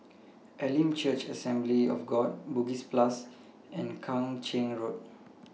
Elim Church Assembly of God Bugis Plus and Kang Ching Road